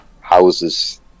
houses